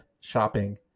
shopping